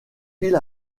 ville